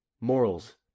morals